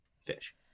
fish